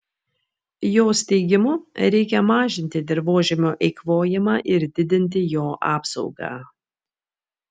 jos teigimu reikia mažinti dirvožemio eikvojimą ir didinti jo apsaugą